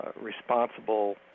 responsible